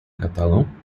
catalão